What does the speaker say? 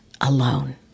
alone